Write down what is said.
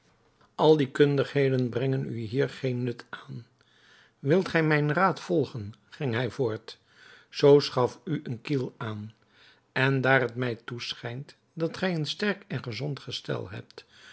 al die kundigheden brengen u hier geen nut aan wilt gij mijn raad volgen ging hij voort zoo schaf u een kiel aan en daar het mij toeschijnt dat gij een sterk en gezond gestel hebt